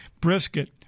brisket